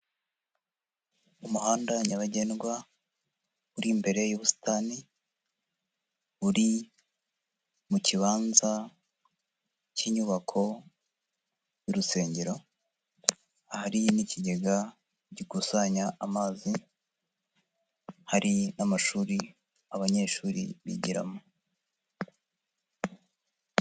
Umuhanda nyabagendwa uri imbere y'ubusitani buri mu kibanza cy'inyubako y'urusengero, ahari n'ikigega gikusanya amazi, hari n'amashuri abanyeshuri bigiramo.